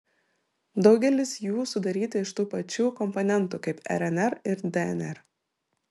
daugelis jų sudaryti iš tų pačių komponentų kaip rnr ir dnr